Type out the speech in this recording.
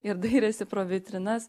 ir dairėsi pro vitrinas